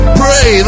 pray